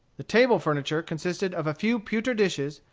the table furniture consisted of a few pewter dishes,